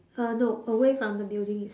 uh no away from the building is